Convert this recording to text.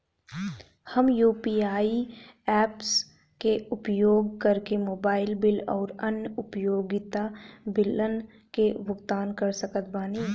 हम UPI apps के उपयोग करके मोबाइल बिल आउर अन्य उपयोगिता बिलन के भुगतान कर सकत बानी